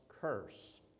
curse